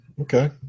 Okay